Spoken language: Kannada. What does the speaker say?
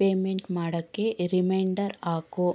ಪೇಮೆಂಟ್ ಮಾಡೋಕ್ಕೆ ರಿಮೈಂಡರ್ ಹಾಕು